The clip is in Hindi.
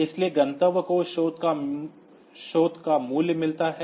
इसलिए गंतव्य को स्रोत का मूल्य मिलता है